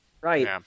Right